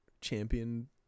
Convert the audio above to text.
champion